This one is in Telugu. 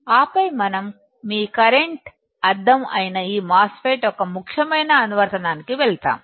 ఆపైమనం మీ కరెంటు అద్దం అయిన ఈ మాస్ ఫెట్ యొక్క ముఖ్యమైన అనువర్తనానికి వెళ్తాము